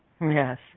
Yes